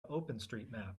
openstreetmap